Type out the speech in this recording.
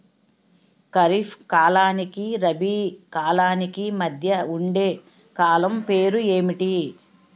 ఖరిఫ్ కాలానికి రబీ కాలానికి మధ్య ఉండే కాలం పేరు ఏమిటి?